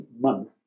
month